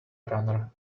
runner